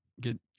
get